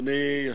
אדוני מוכן.